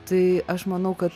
tai aš manau kad